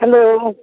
hello